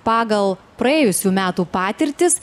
pagal praėjusių metų patirtis